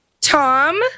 Tom